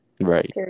Right